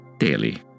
daily